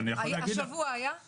השבוע הייתה תאונה?